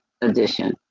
edition